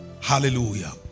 Hallelujah